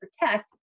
protect